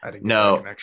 No